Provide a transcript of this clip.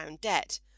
debt